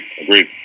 agreed